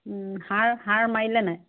সাৰ সাৰ মাৰিলা নে নাই